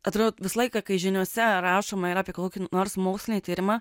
atrodo visą laiką kai žiniose rašoma ir apie kokį nors mokslinį tyrimą